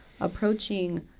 approaching